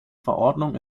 verordnung